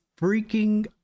freaking